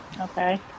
Okay